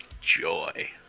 Joy